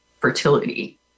fertility